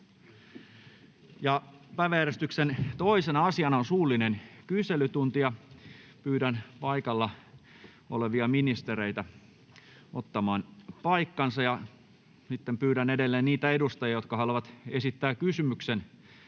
Päiväjärjestyksen 2. asiana on suullinen kyselytunti. Pyydän paikalla olevia ministereitä siirtymään ministeriaitioon. Pyydän niitä edustajia, jotka haluavat esittää kysymyksen